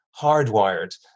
hardwired